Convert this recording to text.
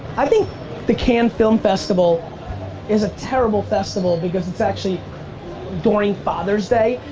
i think the cannes film festival is a terrible festival because it's actually during father's day.